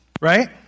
right